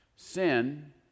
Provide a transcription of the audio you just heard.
Sin